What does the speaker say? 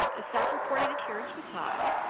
um self-reported adherence was high,